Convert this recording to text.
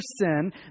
sin